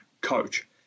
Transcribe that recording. Coach